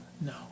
No